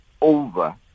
over